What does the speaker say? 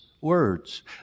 words